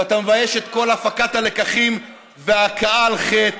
ואתה מבייש גם את כל הפקת הלקחים וההכאה על חטא.